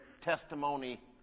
testimony